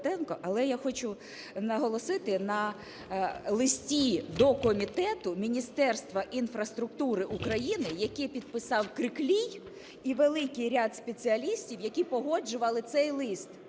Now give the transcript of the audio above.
Але я хочу наголосити на листі до комітету Міністерства інфраструктури України, який підписав Криклій і великий ряд спеціалістів, які погоджували цей лист.